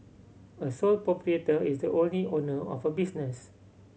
a sole proprietor is the only owner of a business